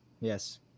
Yes